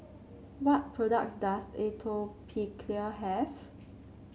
what products does Atopiclair have